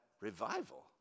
revival